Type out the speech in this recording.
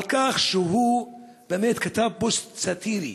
על כך שהוא באמת כתב פוסט סאטירי.